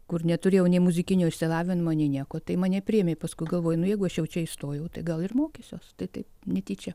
kur neturėjau nei muzikinio išsilavinimo nei nieko tai mane priėmė paskui galvoju nu jeigu aš jau čia įstojau tai gal ir mokysiuos tai taip netyčia